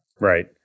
Right